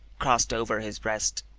crossed over his breast.